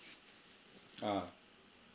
ah